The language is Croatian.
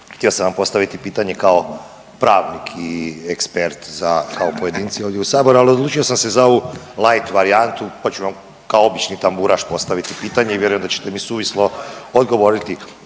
htio sam vam postaviti pitanje kao pravnik i ekspert za kao pojedinci ovdje u saboru ali odlučio sam se za ovu lait varijantu pa ću vam kao obični tamburaš postaviti pitanje i vjerujem da ćete mi suvislo odgovoriti.